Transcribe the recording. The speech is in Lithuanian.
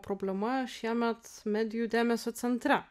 problema šiemet medijų dėmesio centre